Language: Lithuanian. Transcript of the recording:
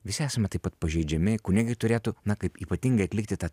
visi esame taip pat pažeidžiami kunigai turėtų na kaip ypatingai atlikti tą